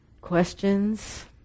Questions